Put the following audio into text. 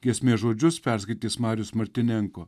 giesmės žodžius perskaitys marius martynenko